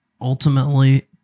ultimately